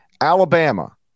Alabama